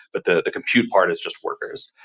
but the compute part is just workers.